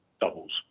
doubles